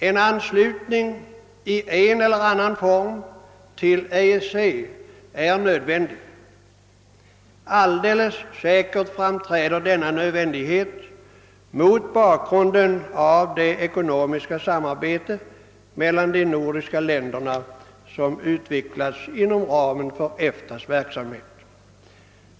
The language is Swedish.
En anslutning till EEC i en eller annan form är nödvändig. Denna nödvändighet framträder alldeles klart mot bakgrunden av det ekonomiska samarbete mellan de nordiska länderna som utvecklas inom ramen för EFTA:s verksamhet.